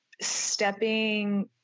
stepping